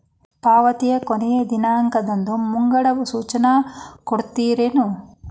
ಪಾವತಿ ಕೊನೆ ದಿನಾಂಕದ್ದು ಮುಂಗಡ ಸೂಚನಾ ಕೊಡ್ತೇರೇನು?